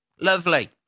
Lovely